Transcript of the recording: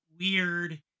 weird